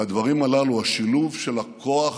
והדברים הללו, השילוב של הכוח